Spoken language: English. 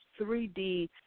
3D